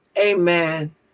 Amen